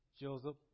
Joseph